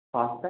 ও তাই